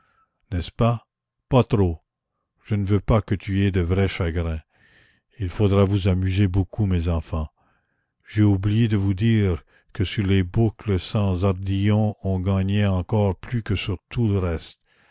n'est-ce pas pas trop je ne veux pas que tu aies de vrais chagrins il faudra vous amuser beaucoup mes enfants j'ai oublié de vous dire que sur les boucles sans ardillons on gagnait encore plus que sur tout le reste